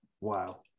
Wow